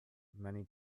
many